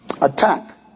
attack